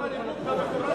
הנימוק, של הממשלה,